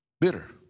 bitter